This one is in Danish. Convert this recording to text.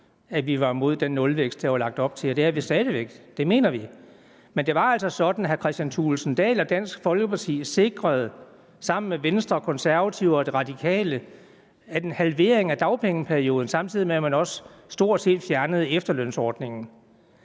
at vi var imod den nulvækst, der var lagt op til. Det er vi stadig væk, det mener vi. Men det var altså sådan, at hr. Kristian Thulesen Dahl og Dansk Folkeparti sammen med Venstre, Konservative og De Radikale sikrede en halvering af dagpengeperioden, samtidig med at man stort set også fjernede efterlønsordningen.